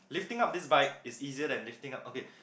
lifting up this bike is easier than lifting up okay